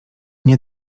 nie